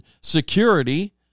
security